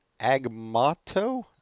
Agmato